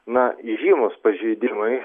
na įžymūs pažeidimai